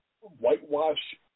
whitewash